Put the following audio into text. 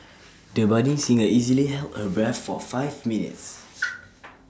the budding singer easily held her breath for five minutes